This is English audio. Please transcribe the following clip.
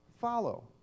follow